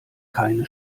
keine